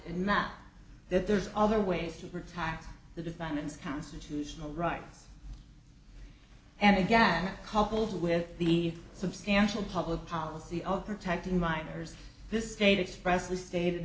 and not that there's other ways to protect the defendants constitutional rights and again coupled with the substantial public policy of protecting minors this state expressly stated in